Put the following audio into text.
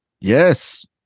Yes